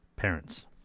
parents